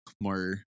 more